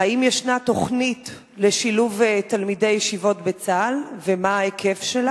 4. האם יש תוכנית לשילוב תלמידי ישיבות בצה"ל ומה הוא היקפה?